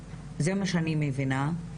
זה מה שאני מבינה,